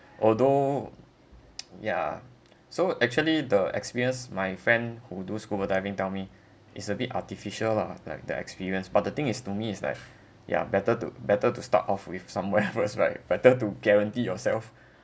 although yeah so actually the experienced my friend who do scuba diving dummy is a bit artificial lah like the experience but the thing is to me like yeah better to better to start off with somewhere first right better to guarantee yourself